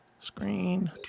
screen